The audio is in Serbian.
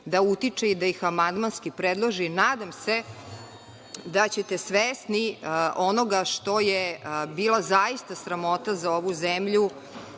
da utiče i da ih amandmanski predloži. Nadam se da ćete svesni onoga što je bila zaista sramota za ovu zemlju,